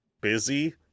busy